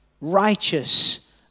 righteous